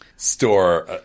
store